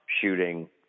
shooting